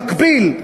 במקביל,